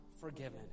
forgiven